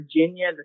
virginia